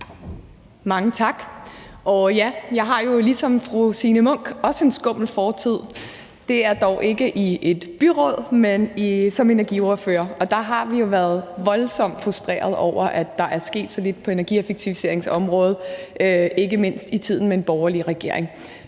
Mange tak. Jeg har jo ligesom fru Signe Munk også en skummel fortid. Det er dog ikke i et byråd, men som energiordfører, og der har vi jo været voldsomt frustrerede over, at der er sket så lidt på energieffektiviseringsområdet, ikke mindst i tiden med en borgerlig regering.